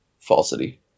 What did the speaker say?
falsity